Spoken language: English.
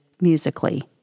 musically